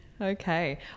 Okay